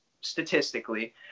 statistically